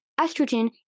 estrogen